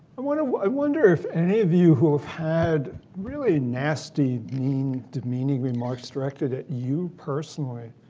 i wonder i wonder if any of you who have had really nasty mean demeaning remarks directed at you personally